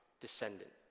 descendant